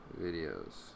videos